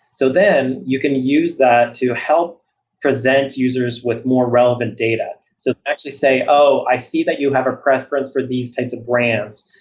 so then, you can use that to help present users with more relevant data. so actually say, oh, i see that you have a preference for these types of brands,